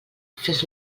fes